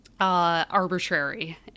arbitrary